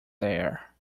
there